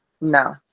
no